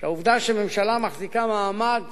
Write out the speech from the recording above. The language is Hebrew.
שהעובדה שממשלה מחזיקה מעמד